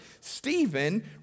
Stephen